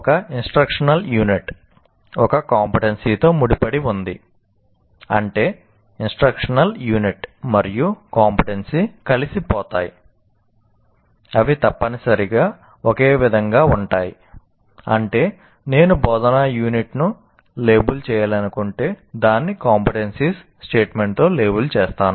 ఒక instructional unit స్టేట్మెంట్తో label చేస్తాను